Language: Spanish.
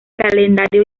calendario